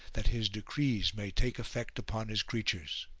that his decrees may take effect upon his creatures.